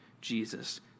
Jesus